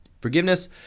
Forgiveness